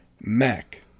MAC